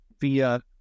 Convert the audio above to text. via